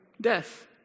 death